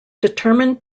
determined